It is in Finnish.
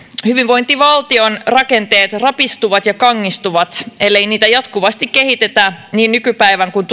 hyvinvointivaltion rakenteet rapistuvat ja kangistuvat ellei niitä jatkuvasti kehitetä niin nykypäivän kuin